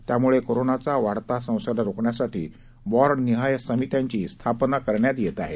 त्यामुळं कोरोनाचा वाढता संसर्ग रोखण्यासाठी वॉर्ड निहाय समित्यांची स्थापना करण्यात येत आहे